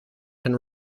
can